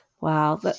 Wow